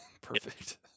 perfect